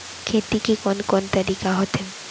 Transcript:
खेती के कोन कोन तरीका होथे?